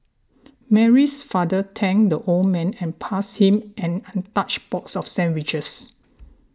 Mary's father thanked the old man and passed him an untouched box of sandwiches